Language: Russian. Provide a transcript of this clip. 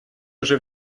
уже